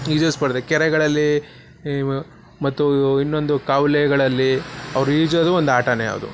ಈಜು ಸ್ಪರ್ಧೆ ಕೆರೆಗಳಲ್ಲಿ ಮತ್ತು ಇನ್ನೊಂದು ಕಾವಲೆಗಳಲ್ಲಿ ಅವ್ರು ಈಜೋದು ಒಂದು ಆಟವೇ ಅದು